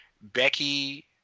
Becky